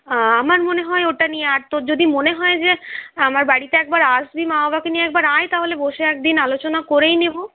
আমার মনে হয় ওটা নিয়ে আর তোর যদি মনে হয় যে আমার বাড়িতে একবার আসবি মা বাবাকে নিয়ে আয় তাহলে বসে একদিন আলোচনা করেই নেবো